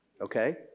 Okay